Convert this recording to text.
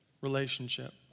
relationship